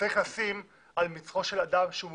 שצריך לשים על מצחו של אדם שהוא מעורב.